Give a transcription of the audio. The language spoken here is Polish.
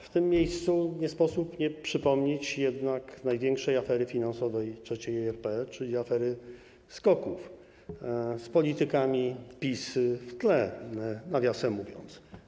W tym miejscu nie sposób nie przypomnieć największej afery finansowej III RP, czyli afery SKOK-ów, z politykami PiS-u w tle, nawiasem mówiąc.